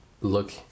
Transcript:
look